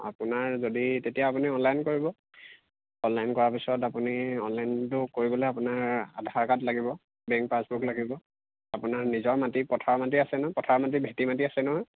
আপোনাৰ যদি তেতিয়া আপুনি অনলাইন কৰিব অনলাইন কৰাৰ পিছত আপুনি অনলাইনটো কৰিবলৈৈ আপোনাৰ আধাৰ কাৰ্ড লাগিব বেংক পাছবুক লাগিব আপোনাৰ নিজৰ মাটি পথাৰ মাটি আছে নহ্ পথাৰ মাটি ভেটি মাটি আছে নহয়